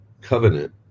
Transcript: covenant